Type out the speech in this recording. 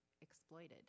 exploited